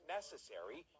necessary